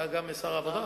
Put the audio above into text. אתה גם שר העבודה?